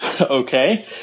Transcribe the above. Okay